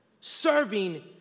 Serving